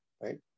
right